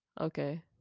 Okay